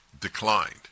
declined